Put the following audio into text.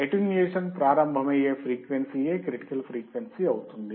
attenuation ప్రారంభమయ్యే frequency యే critical frequency అవుతుంది